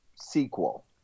sequel